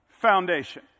foundation